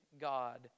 God